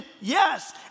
yes